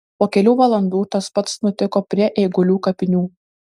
po kelių valandų tas pats nutiko prie eigulių kapinių